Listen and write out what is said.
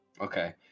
Okay